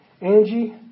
Angie